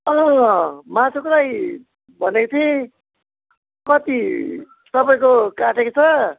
अँ मासुकै भनेको थिएँ कति तपाईँको काटेको छ